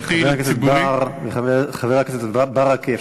חבר הכנסת בר וחבר הכנסת ברכה,